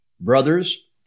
Brothers